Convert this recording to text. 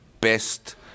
best